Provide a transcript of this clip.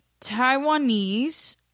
Taiwanese